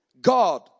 God